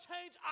change